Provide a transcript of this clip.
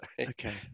Okay